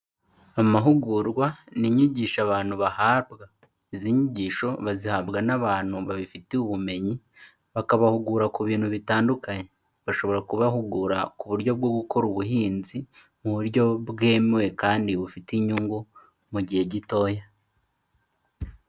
Amahugurwa ni inyigisho abantu bahabwa izi nyigisho bazihabwa n'abantu babifitiye ubumenyi bakabahugura ku bintu bitandukanye, bashobora kubahugura ku buryo bwo gukora ubuhinzi mu buryo bwemewe kandi bufite inyungu mu gihe gitoya.